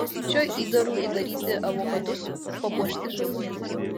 šiuo įdaru įdaryti avokadus papuošti žalumynais